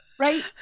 Right